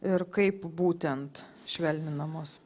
ir kaip būtent švelninamos